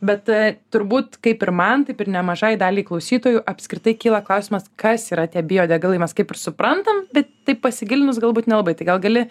bet e turbūt kaip ir man taip ir nemažai daliai klausytojų apskritai kyla klausimas kas yra tie biodegalai mes kaip ir suprantam bet taip pasigilinus galbūt nelabai tai gal gali